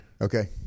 Okay